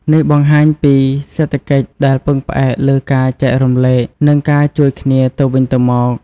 នេះបង្ហាញពីសេដ្ឋកិច្ចដែលពឹងផ្អែកលើការចែករំលែក និងការជួយគ្នាទៅវិញទៅមក។